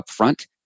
upfront